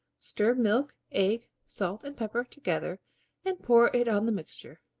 stir milk, egg, salt and pepper together and pour it on the mixture.